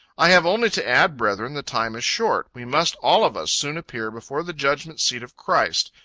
i have only to add, brethren, the time is short we must all of us soon appear before the judgment seat of christ,